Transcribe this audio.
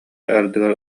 ардыгар